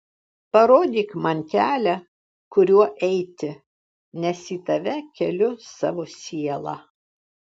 parodyk man kelią kuriuo eiti nes į tave keliu savo sielą